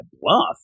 Bluff